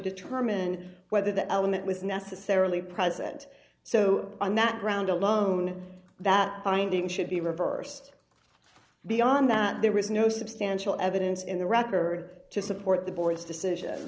determine whether that element was necessarily present so on that ground alone that binding should be reversed beyond that there is no substantial evidence in the record to support the board's decision